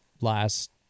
last